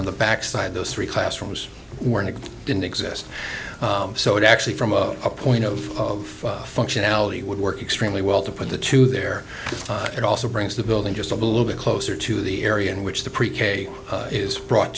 on the back side those three classrooms were in it didn't exist so it actually from a point of functionality would work extremely well to put the two there it also brings the building just a little bit closer to the area in which the pre k is brought